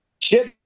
Chip